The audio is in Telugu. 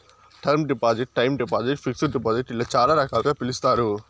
term deposit time deposit fixed deposit ఇలా చాలా రకాలుగా పిలుస్తారు